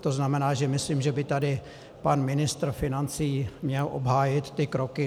To znamená, že myslím, že by tady pan ministr financí měl obhájit ty kroky.